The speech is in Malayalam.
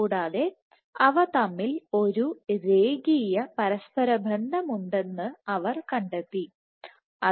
കൂടാതെ അവ തമ്മിൽ ഒരു രേഖീയ പരസ്പര ബന്ധമുണ്ടെന്നതാണ് അവർ കണ്ടെത്തിയത്